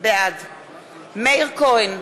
בעד מאיר כהן,